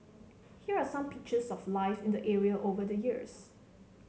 here are some pictures of life in the area over the years